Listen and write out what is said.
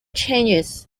changes